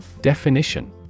Definition